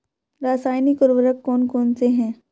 रासायनिक उर्वरक कौन कौनसे हैं?